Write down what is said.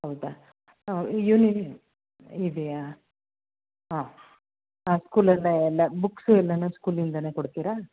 ಹೌದಾ ಯುನಿ ಇದೆಯಾ ಹಾಂ ಹಾಂ ಸ್ಕೂಲಲ್ಲೇ ಎಲ್ಲ ಬುಕ್ಸು ಎಲ್ಲನು ಸ್ಕೂಲಿಂದಲೇ ಕೊಡ್ತೀರಾ